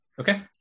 Okay